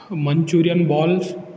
manchurian balls